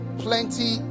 Plenty